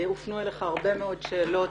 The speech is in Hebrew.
הופנו אליך הרבה מאוד שאלות.